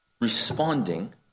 responding